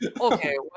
Okay